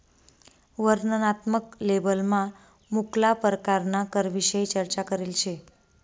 वर्णनात्मक लेबलमा मुक्ला परकारना करविषयी चर्चा करेल शे